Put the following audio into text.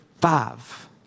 five